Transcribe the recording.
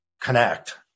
connect